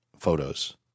photos